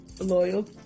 loyal